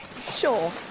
Sure